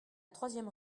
troisième